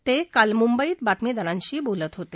ते काल मुंबईत बातमीदारांशी बोलत होते